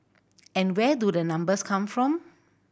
and where do the numbers come from